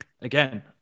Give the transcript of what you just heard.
again